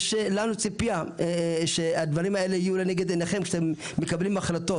יש לנו ציפייה שהדברים האלה יהיו לנגד עיניכם כשאתם מקבלים החלטות.